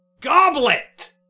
Goblet